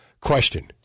Question